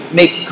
make